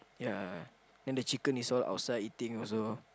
ya then the chicken is all outside eating also